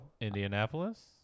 Indianapolis